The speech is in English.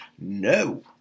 No